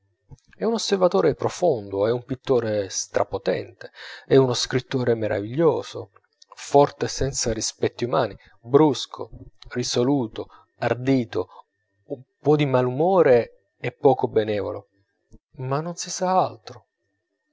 è un osservatore profondo è un pittore strapotente è uno scrittore meraviglioso forte senza rispetti umani brusco risoluto ardito un po di malumore e poco benevolo ma non si sa altro